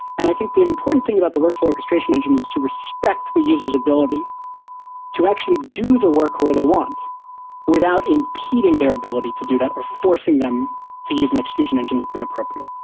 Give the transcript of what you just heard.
and i think the important thing about the workflow orchestration engine is to respect the user's ability to actually do the work where they want without impeding their ability to do that or forcing them to use an execution engine that's inappropriate